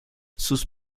sus